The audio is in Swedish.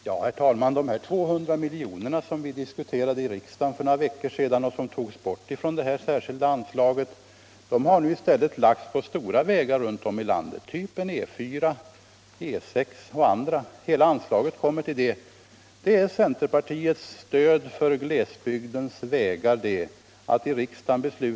Herr talman! De 200 miljoner som vi diskuterade här i riksdagen för några veckor sedan och som togs bort från det särskilda anslaget har nu i stället lagts på stora vägar runt om i landet av typen E 4 och E 6. Hela anslaget går till det. Det är centerns stöd till glesbygdsvägar.